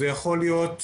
זה יכול להיות האזרח,